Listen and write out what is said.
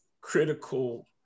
critical